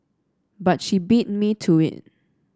but she beat me to it